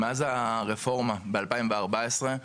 מאז הרפורמה ב-2014,